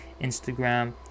Instagram